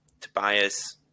Tobias